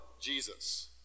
Jesus